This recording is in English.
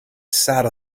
sat